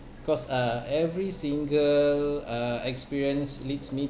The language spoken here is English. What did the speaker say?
cause uh every single uh experience leads me